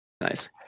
Nice